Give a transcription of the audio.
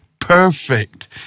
Perfect